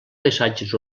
paisatges